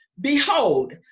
Behold